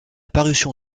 parution